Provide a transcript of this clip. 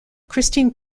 christine